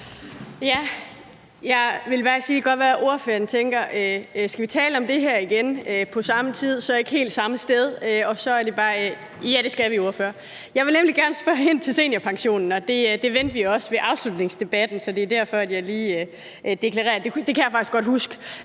Signe Munk (SF): Det kan godt være, at ordføreren tænker: Skal vi tale om det her igen på det samme sted og så dog ikke helt på det samme tidspunkt? Og så er det bare, jeg siger: Ja, det skal vi, ordfører. Jeg vil nemlig gerne spørge ind til seniorpensionen, og det vendte vi også ved afslutningsdebatten. Så det er derfor, jeg lige deklarerer, at jeg faktisk godt kan